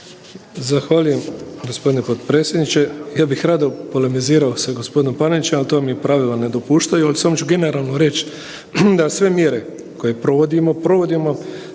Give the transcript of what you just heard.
Hvala.